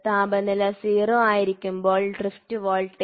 താപനില 0 ആയിരിക്കുമ്പോൾ drift voltage